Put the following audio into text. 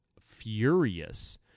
furious